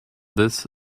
this